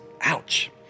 Ouch